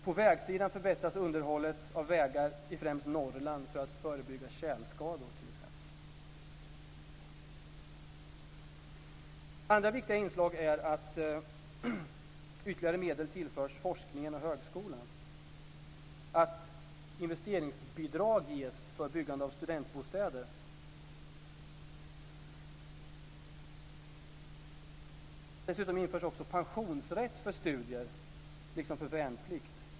På vägsidan förbättras underhållet av vägar i främst Norrland för att förebygga t.ex. tjälskador. Andra viktiga inslag är att ytterligare medel tillförs forskningen och högskolan. Ett investeringsbidrag ges för byggande av studentbostäder. Dessutom införs också pensionsrätt för studier liksom för värnplikt.